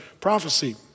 prophecy